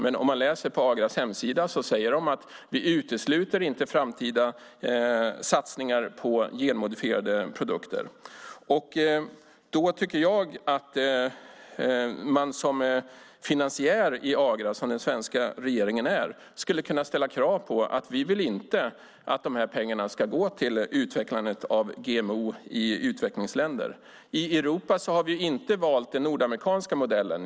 Men om man läser på Agras hemsida säger de: Vi utesluter inte satsningar på framtida genmodifierade produkter. Jag tycker att man som finansiär i Agra, som den svenska regeringen är, skulle kunna ställa krav på att vi inte vill att pengarna ska gå till utvecklandet av GMO i utvecklingsländer. I Europa har vi inte valt den Nordamerikanska modellen.